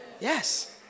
Yes